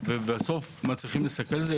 ואז בסוף מצליחים לסכל את זה.